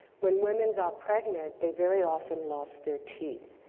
when women got pregnant, they very often lost their teeth.